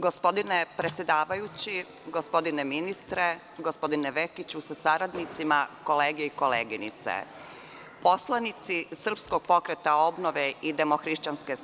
Gospodine predsedavajući, gospodine ministre, gospodine Vekiću sa saradnicima, kolege i koleginice, poslanici SPO i DHSS